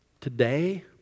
Today